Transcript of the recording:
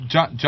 John